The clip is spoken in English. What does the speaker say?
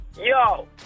Yo